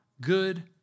good